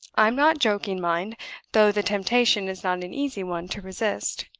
i am not joking, mind though the temptation is not an easy one to resist.